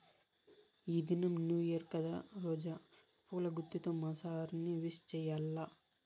ఈ దినం new year కదా రోజా పూల గుత్తితో మా సార్ ని విష్ చెయ్యాల్ల